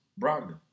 Brogdon